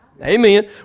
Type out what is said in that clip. Amen